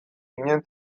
ginen